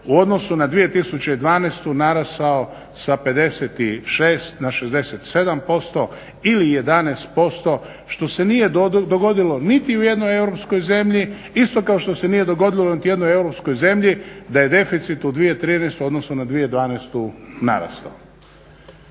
u odnosu na 2012. narastao sa 56 na 67% ili 11% što se nije dogodilo niti u jednoj europskoj zemlji. Isto kao što se nije dogodilo niti u jednoj europskoj zemlji da je deficit u 2013. u odnosu na 2012. narastao.